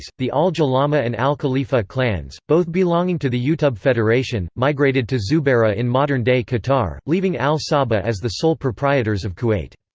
the the al jalahma and al khalifa clans, both belonging to the utub federation, migrated to zubarah in modern-day qatar, leaving al sabah as the sole proprietors of kuwait.